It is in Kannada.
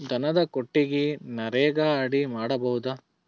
ದನದ ಕೊಟ್ಟಿಗಿ ನರೆಗಾ ಅಡಿ ಮಾಡಬಹುದಾ?